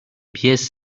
pièces